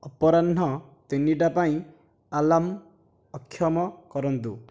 ଅପରାହ୍ନ ତିନିଟା ପାଇଁ ଆଲାର୍ମ ଅକ୍ଷମ କରନ୍ତୁ